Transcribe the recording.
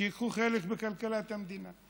שייקחו חלק בכלכלת המדינה.